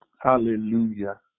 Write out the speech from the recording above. Hallelujah